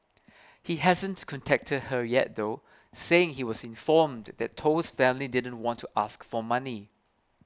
he hasn't contacted her yet though saying he was informed that Toh's family didn't want to ask for money